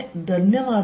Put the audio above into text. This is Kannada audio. ಧನ್ಯವಾದಗಳು